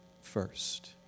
first